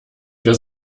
für